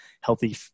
healthy